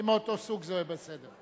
מצביע יעקב ליצמן,